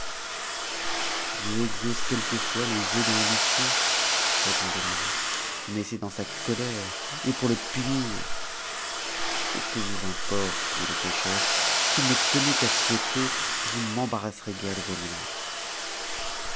dieu exauce quelquefois les vœux de l'ambitieux répondit l'ange mais c'est dans sa colère et pour le punir et que vous importe dit le pêcheur s'il ne tenait qu'à souhaiter je ne m'embarrasserais guère de vos menaces